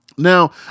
Now